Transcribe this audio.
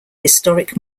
historic